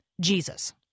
Jesus